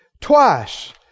twice